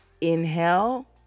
Inhale